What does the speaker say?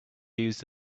used